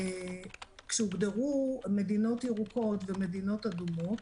כשהוגדרו מדינות ירוקות ומדינות אדומות,